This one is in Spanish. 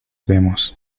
vemos